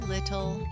Little